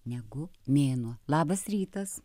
negu mėnuo labas rytas